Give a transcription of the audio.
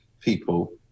people